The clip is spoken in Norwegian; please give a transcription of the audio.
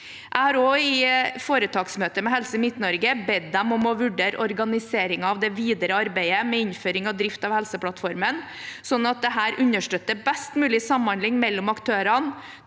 Midt-Norge bedt dem om å vurdere organisering av det videre arbeidet med innføring og drift av Helseplattformen, sånn at dette understøtter best mulig samhandling mellom aktørene,